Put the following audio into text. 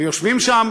ויושבים שם,